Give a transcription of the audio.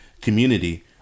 community